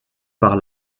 par